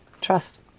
Trust